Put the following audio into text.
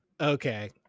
Okay